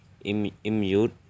immune